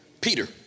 Peter